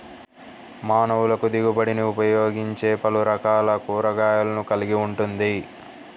మానవులకుదిగుబడినిఉపయోగించేపలురకాల కూరగాయలను కలిగి ఉంటుంది